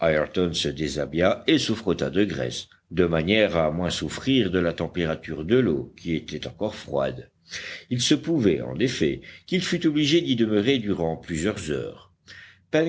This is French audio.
se déshabilla et se frotta de graisse de manière à moins souffrir de la température de l'eau qui était encore froide il se pouvait en effet qu'il fût obligé d'y demeurer durant plusieurs heures